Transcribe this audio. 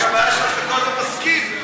מזל שאתה מסכים,